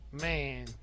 Man